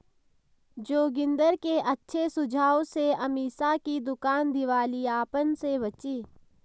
जोगिंदर के अच्छे सुझाव से अमीषा की दुकान दिवालियापन से बची